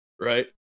right